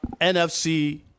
NFC